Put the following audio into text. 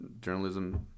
journalism